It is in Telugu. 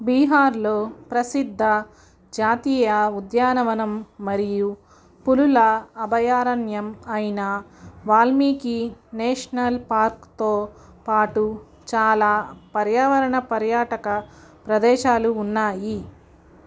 బీహార్లో ప్రసిద్ధ జాతీయ ఉద్యానవనం మరియు పులుల అభయారణ్యం అయిన వాల్మీకి నేషనల్ పార్క్తో పాటు చాలా పర్యావరణ పర్యాటక ప్రదేశాలు ఉన్నాయి